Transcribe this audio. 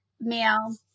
male